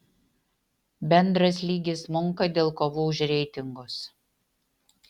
bendras lygis smunka dėl kovų už reitingus